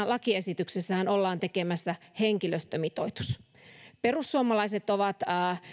lakiesityksessähän ollaan tekemässä henkilöstömitoitus perussuomalaiset ovat